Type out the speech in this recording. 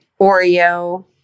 oreo